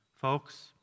Folks